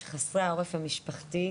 שחסרי העורף המשפחתי,